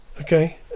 Okay